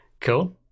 cool